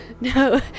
No